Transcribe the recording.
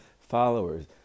followers